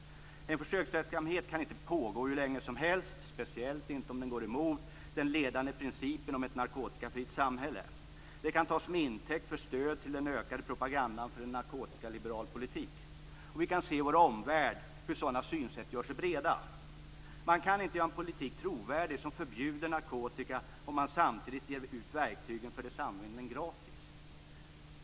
En försöksverksamhet kan inte pågå hur länge som helst, speciellt inte om den går emot den ledande principen om ett narkotikafritt samhälle. Det kan tas som intäkt för stöd till den ökade propagandan för en narkotikaliberal politik. Vi kan se i vår omvärld hur sådana synsätt gör sig breda. Man kan inte göra en politik trovärdig som förbjuder narkotika om man samtidigt ger ut verktygen för dess användning gratis.